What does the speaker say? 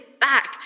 back